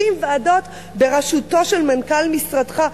30 ועדות בראשותו של מנכ"ל משרדך.